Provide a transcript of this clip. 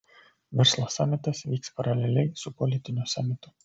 verslo samitas vyks paraleliai su politiniu samitu